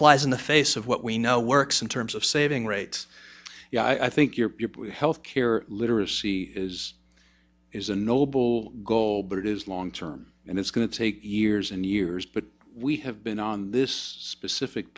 flies in the face of what we know works in terms of saving rates i think your health care literacy is is a noble goal but it is long term and it's going to take years and years but we have been on this specific